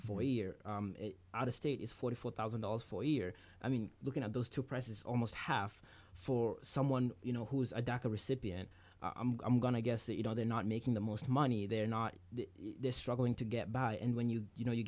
for a year out of state is forty four thousand dollars for a year i mean looking at those two prices almost half for someone you know who is a doctor recipient i'm going to guess that you know they're not making the most money they're not struggling to get by and when you you know you